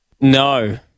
No